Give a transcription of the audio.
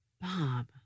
Bob